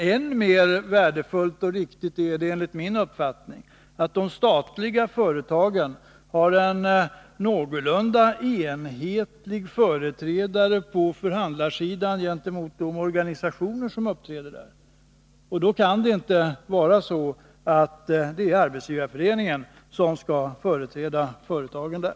Men än mer värdefullt och riktigt är det enligt min uppfattning att de statliga företagen har en någorlunda enhetlig företrädare på förhandlarsidan gentemot de organisationer som uppträder där. Då kan det inte vara Arbetsgivareföreningen som skall företräda företagen där.